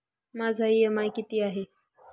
माझा इ.एम.आय किती आहे?